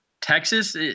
Texas